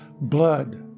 Blood